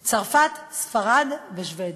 צרפת, ספרד ושבדיה.